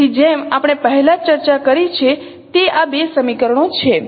તેથી જેમ આપણે પહેલા જ ચર્ચા કરી તે આ બે સમીકરણો છે